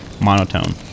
monotone